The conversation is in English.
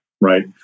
right